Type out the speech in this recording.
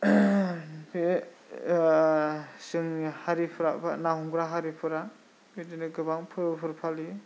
बे जोंनि हारिफोरा ना हमग्रा हारिफोरा बिदिनो गोबां फोरबोफोर फालियो